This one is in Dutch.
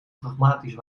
pragmatisch